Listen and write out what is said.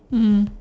mm